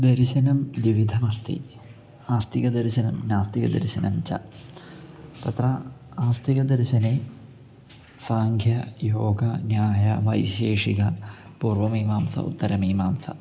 दर्शनं द्विविधमस्ति आस्तिकदर्शनं नास्तिकदर्शनं च तत्र आस्तिकदर्शने साङ्ख्यं योगः न्यायं वैशेषिकं पूर्वमीमांसा उत्तरमीमांसा